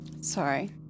Sorry